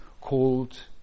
called